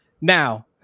Now